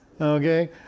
Okay